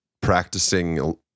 practicing